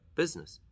business